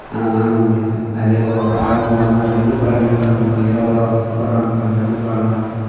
ஆனால் வாங்க முடியலை அதேபோல் ஒரு பழம் போனால் ரெண்டு பழம் கேட்டால் மு இருவது ரூபா முப்பது ரூபான்றாங்க ரெண்டு பழம் வாழைப்பழம்